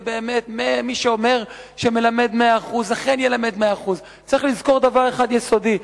ובאמת מי שאומר שמלמד 100% אכן ילמד 100%. צריך לזכור דבר אחד יסודי: